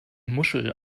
muschel